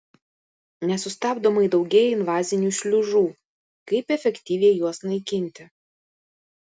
nesustabdomai daugėja invazinių šliužų kaip efektyviai juos naikinti